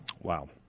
Wow